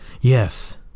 Yes